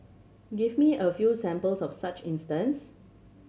give me a few examples of such instance